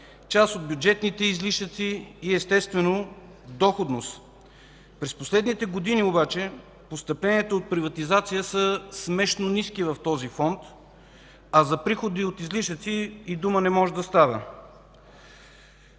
част от бюджетните излишъци, и естествено, доходност. През последните години обаче постъпленията от приватизация са смешно ниски в този фонд, а за приходи от излишъци и дума не може да става.